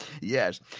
yes